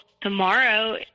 tomorrow